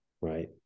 right